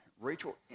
Rachel